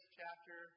chapter